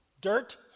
Dirt